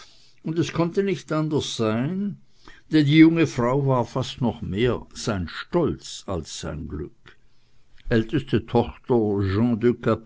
und es konnte nicht anders sein denn die junge frau war fast noch mehr sein stolz als sein glück älteste tochter